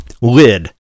lid